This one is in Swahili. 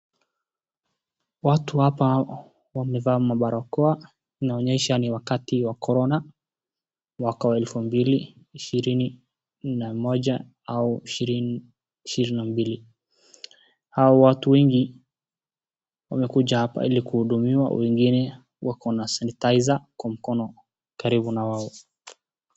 Watu hapa wamevaa mabarakoa, inaonyesha ni wakati wa korona mwaka 2021 au 2022. Hao watu wengi wamekuja hapa kuhudumiwa, wengine wako na sanitizer kwa mkono karibu na wao.